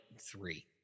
three